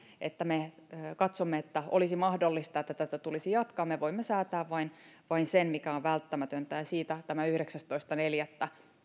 että me katsomme että olisi mahdollista että tätä tulisi jatkaa vaan me voimme säätää vain vain sen mikä on välttämätöntä ja siitä tämä päivämäärä yhdeksästoista neljättä